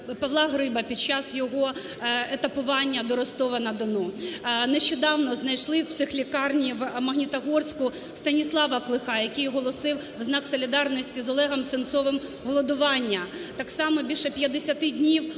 Павла Гриба під час його етапування до Ростова-на-Дону. Нещодавно знайшли в психлікарні в Магнітогорську Станіслава Клиха, який оголосив в знак солідарності з Олегом Сенцовим голодування. Так само більше 50 днів